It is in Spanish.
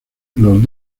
los